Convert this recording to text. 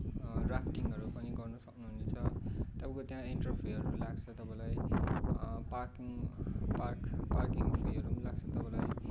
ऱ्याफ्टिङहरू पनि गर्न सक्नुहुन्छ तपाईँको त्यहाँ इन्टर फीहरू लाग्छ तपाईँलाई पार्किङ पार्क पार्किङ फीहरू पनि लाग्छ तपाईँलाई